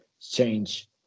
change